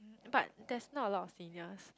but there's not a lot of seniors